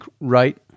right